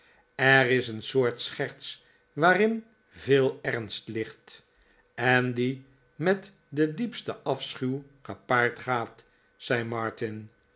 er is een soort scherts waarin veel ernst ligt en die met den diepsten afschuw gepaard gaat zei martin